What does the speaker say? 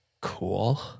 Cool